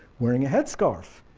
wearing a head scarf,